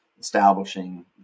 establishing